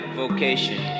vocation